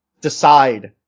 decide